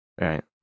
right